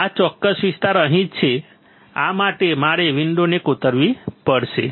આ ચોક્કસ વિસ્તાર અહીં જ છે આ પછી મારે વિન્ડોને કોતરવી પડશે